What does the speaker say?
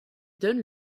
donne